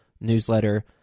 newsletter